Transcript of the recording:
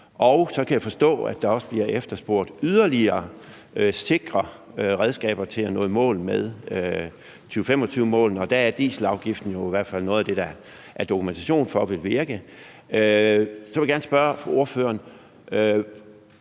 Så kan jeg forstå, at der også bliver efterspurgt yderligere sikre redskaber til at nå i mål med 2025-målene. Der er dieselafgiften jo i hvert fald noget af det, der er dokumentation for vil virke, og så vil jeg gerne spørge ordføreren: